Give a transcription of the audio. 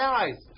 eyes